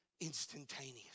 instantaneous